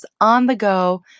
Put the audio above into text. on-the-go